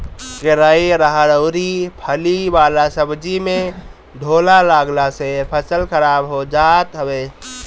केराई, अरहर अउरी फली वाला सब्जी में ढोला लागला से फसल खराब हो जात हवे